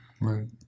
Right